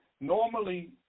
Normally